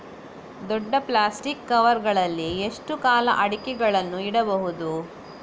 ದೊಡ್ಡ plastic cover ಗಳಲ್ಲಿ ಎಷ್ಟು ಕಾಲ ಅಡಿಕೆಗಳನ್ನು ಇಡಬಹುದು?